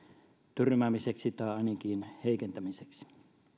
tyrmäämiseksi tai ainakin heikentämiseksi